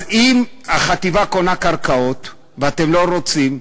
אז אם החטיבה קונה קרקעות ואתם לא רוצים,